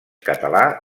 català